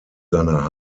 seiner